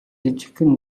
жижигхэн